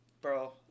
bro